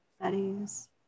studies